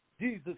Jesus